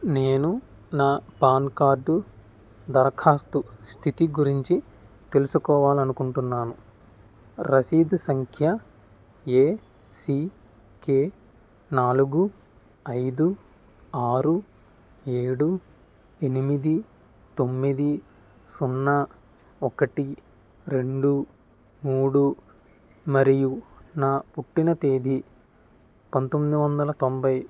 నేను నా PAN card దరఖాస్తు స్థితి గురించి తెలుసుకోవాలనుకుంటున్నాను రసీదు సంఖ్య ఎసికె నాలుగు ఐదు ఆరు ఏడు ఎనిమిది తొమ్మిది సున్నా ఒకటి రెండు మూడు మరియు నా పుట్టిన తేదీ పంతొమ్మిది వందల తొంబై